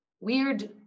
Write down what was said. weird